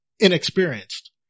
Inexperienced